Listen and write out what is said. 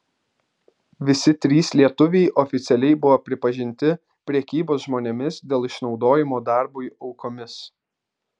visi trys lietuviai oficialiai buvo pripažinti prekybos žmonėmis dėl išnaudojimo darbui aukomis